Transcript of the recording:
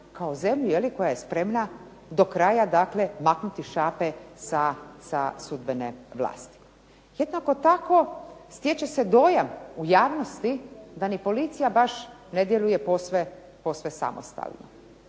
kao zemlju koja je spremna do kraja maknuti šape sa sudbene vlasti. Jednako tako stječe se dojam u javnosti da ni policija baš ne djeluje posve samostalno.